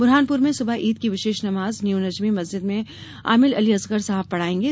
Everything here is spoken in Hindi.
ब्रहानपुर में सुबह ईद की विशेष नमाज न्यू नजमी मस्जिद में आमिल अली असगर साहब पढ़ाएंगे